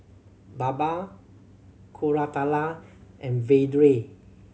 Baba Koratala and Vedre